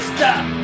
Stop